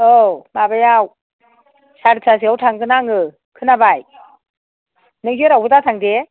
औ माबायाव सारितासोआव थांगोन आङो खोनाबाय नों जेरावबो दा थां दे